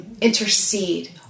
Intercede